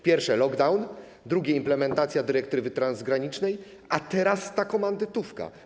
Pierwsze - lockdown, drugie - implementacja dyrektywy transgranicznej, a teraz - ta komandytówka.